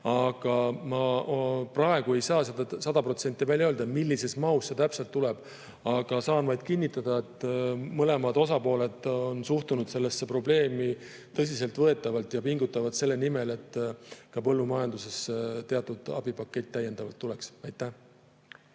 Aga ma praegu ei saa sada protsenti öelda, millises mahus see täpselt tuleb. Saan vaid kinnitada, et mõlemad osapooled on suhtunud sellesse probleemi tõsiseltvõetavalt ja pingutavad selle nimel, et ka põllumajanduses teatud abipakett täiendavalt tuleks. Aitäh,